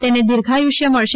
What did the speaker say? તેને દિર્ધઆયુષ્ય મળશે